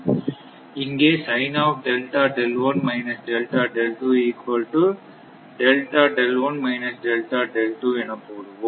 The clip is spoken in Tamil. இங்கே என போடுவோம்